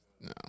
No